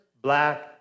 black